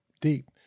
deep